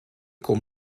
kom